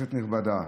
כנסת נכבדה,